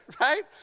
right